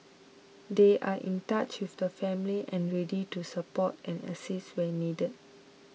they are in touch with the family and ready to support and assist where needed